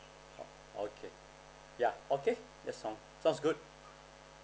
o~ okay ya okay that's sound sound good